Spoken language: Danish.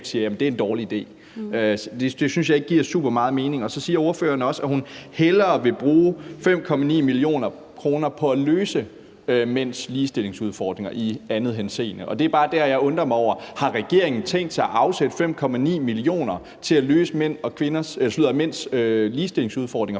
siger er en dårlig idé. Det synes jeg ikke giver super meget mening. Så siger ordføreren også, at hun hellere vil bruge 5,9 mio. kr. på at løse mænds ligestillingsudfordringer i anden henseende. Det er bare der, jeg undrer mig over, om regeringen har tænkt sig at afsætte 5,9 mio. kr. til at løse mænds ligestillingsudfordringer,